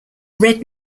red